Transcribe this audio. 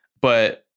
But-